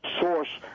source